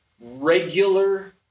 regular